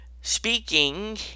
speaking